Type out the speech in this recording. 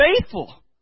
faithful